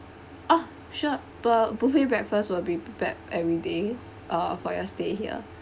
oh sure buf~ buffet breakfast will be prepared every day uh for your stay here